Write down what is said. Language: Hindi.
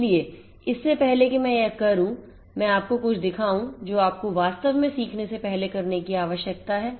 इसलिए इससे पहले कि मैं यह करूं कि मैं आपको कुछ दिखाऊं जो आपको वास्तव में सीखने से पहले करने की आवश्यकता है